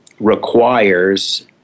requires